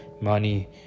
money